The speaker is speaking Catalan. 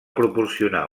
proporcionar